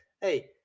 Hey